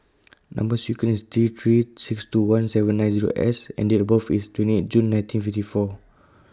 Number sequence IS T three six two one seven nine S and Date of birth IS twenty eight June nineteen fifty four